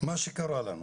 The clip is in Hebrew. מה שקרה לנו,